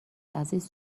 عزیز